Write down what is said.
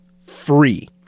free